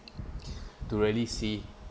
to really see